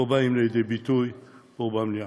לא באים לידי ביטוי פה במליאה.